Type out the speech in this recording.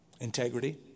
Integrity